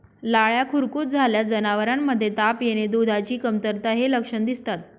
लाळ्या खुरकूत झाल्यास जनावरांमध्ये ताप येणे, दुधाची कमतरता हे लक्षण दिसतात